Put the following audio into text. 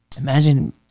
Imagine